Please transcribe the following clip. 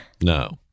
No